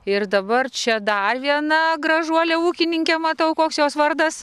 ir dabar čia dar viena gražuolė ūkininkė matau koks jos vardas